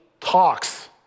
talks